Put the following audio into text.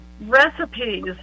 recipes